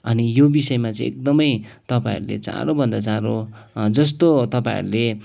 अनि यो विषयमा चाहिँ एकदमै तपाईँहरूले चाँडोभन्दा चाँडो जस्तो तपाईँहरूले